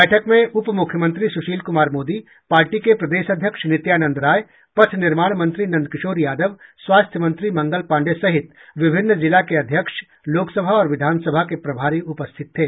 बैठक में उप मुख्यमंत्री सुशील कुमार मोदी पार्टी के प्रदेश अध्यक्ष नित्यानंद राय पथ निर्माण मंत्री नंद किशोर यादव स्वास्थ्य मंत्री मंगल पाण्डेय सहित विभिन्न जिला के अध्यक्ष लोकसभा व विधानसभा के प्रभारी उपस्थित थे